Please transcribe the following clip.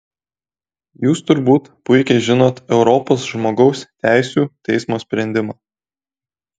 jūs turbūt puikiai žinot europos žmogaus teisių teismo sprendimą